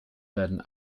werden